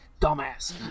Dumbass